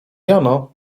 jano